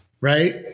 right